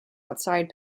outside